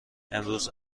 امروز